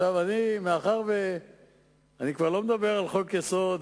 אני כבר לא מדבר על חוק-יסוד,